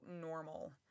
normal